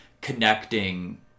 connecting